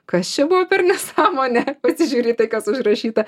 kas čia buvo per nesąmonė pasižiūri į tai kas užrašyta